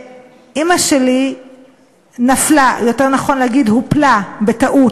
ואימא שלי נפלה, או יותר נכון להגיד הופלה בטעות.